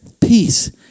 Peace